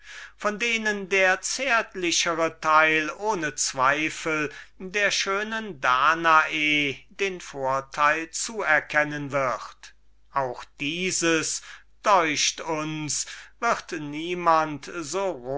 von denen der zärtlichere teil vielleicht der schönen danae den vorteil zuerkennen wird aber dieses deucht uns wird niemand